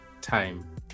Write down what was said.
time